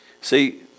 See